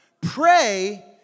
Pray